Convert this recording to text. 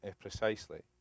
precisely